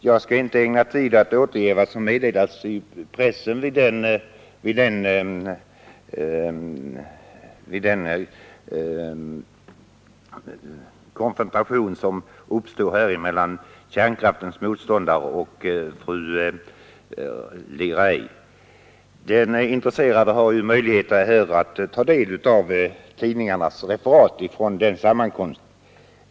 Jag skall inte ägna tid åt att återge vad som meddelades i pressen från den konfrontation som uppstod mellan kärnkraftens motståndare och fru Lee Ray. Den intresserade har ju möjlighet att ta del av tidningarnas referat från denna sammankomst.